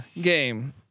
game